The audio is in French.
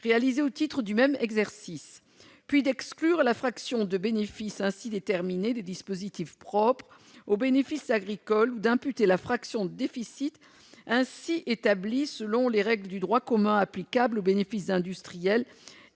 réalisés au titre du même exercice, puis d'exclure la fraction de bénéfice ainsi déterminée des dispositifs propres aux bénéfices agricoles, ou d'imputer la fraction de déficit ainsi établie selon les règles de droit commun applicables aux bénéfices industriels